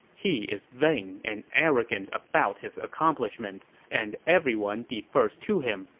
he is vain and arrogant about his accomplishments, and everyone defers to him,